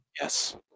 Yes